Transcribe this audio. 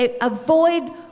avoid